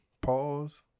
Pause